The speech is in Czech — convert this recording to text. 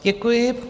Děkuji.